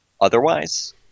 otherwise